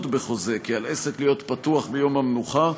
בחוזה כי על עסק להיות פתוח ביום המנוחה,